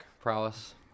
prowess